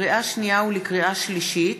לקריאה שנייה ולקריאה שלישית: